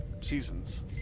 seasons